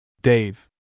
Dave